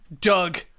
doug